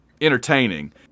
entertaining